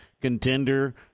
contender